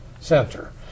Center